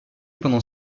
pendant